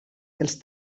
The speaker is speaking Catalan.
els